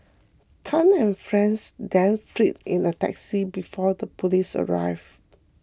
Tan and friends then fled in a taxi before the police arrive